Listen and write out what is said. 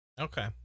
Okay